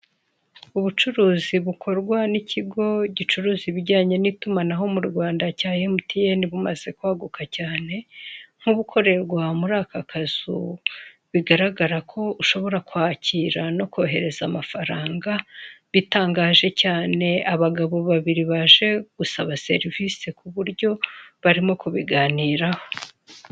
Ubucuruzi bukorwa n'ikigo gicuruza ibijyanye n'itumanaho mu Rwanda cya emutiyeni bumaze kwaguka cyane nk'ubukorerwa muri aka kazu bigaragara ko ushobora kwakira no kohereza amafaranga bitangaje cyane abagabo babiri baje gusaba serivise ku buryo barimo kubiganiraho.